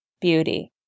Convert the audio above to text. beauty